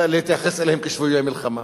להתייחס אליהם כשבויי מלחמה.